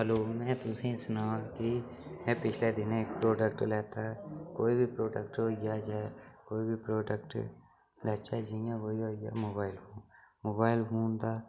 hello मैं तुसेंगी सनां के मैं पिछले दिनें इक प्रोडक्ट लैता ऐ कोई बी प्रोडक्ट होई गेआ जां कोई बी प्रोडक्ट लैचै जि'यां कोई होई गेआ मोबाइल फोन मोबाइल फोन दा